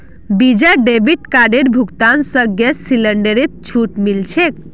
visa debit कार्डेर भुगतान स गैस सिलेंडरत छूट मिल छेक